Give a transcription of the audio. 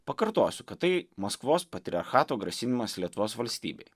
pakartosiu kad tai maskvos patriarchato grasinimas lietuvos valstybei